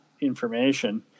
information